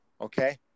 Okay